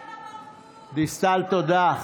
דיסטל, תודה.